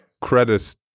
credit